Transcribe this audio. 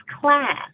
class